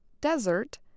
desert